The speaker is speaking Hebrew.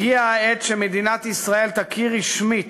הגיעה העת שמדינת ישראל תכיר רשמית